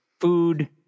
Food